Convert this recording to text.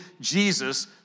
Jesus